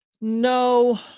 No